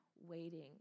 waiting